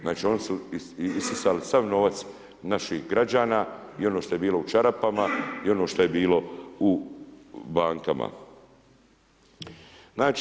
Znači oni su isisali sav novac naših građana i ono što je bilo u čarapama i ono što je bilo u bankama.